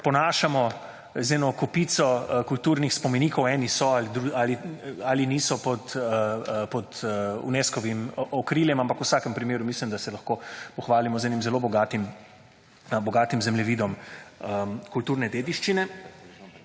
ponašamo z eno kopico kulturnih spomenikov, eni so ali niso pod UNESCOVIM okriljem, ampak v vsakem primeru mislim, da se lahko pohvalimo z enim zelo bogatim zemljevidom kulturne dediščine